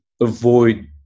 avoid